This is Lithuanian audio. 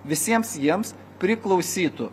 visiems jiems priklausytų